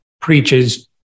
preaches